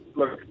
look